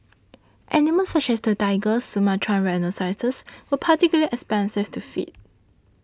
animals such as the tiger and Sumatran rhinoceros were particularly expensive to feed